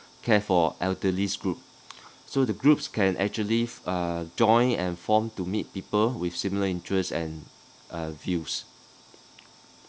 care for elderlies group so the groups can actually uh join and form to meet people with similar interest and uh views